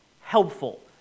helpful